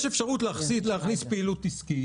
יש אפשרות להכניס פעילות עסקית.